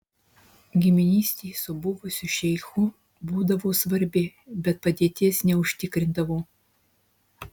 giminystė su buvusiu šeichu būdavo svarbi bet padėties neužtikrindavo